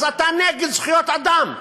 אז אתה נגד זכויות אדם.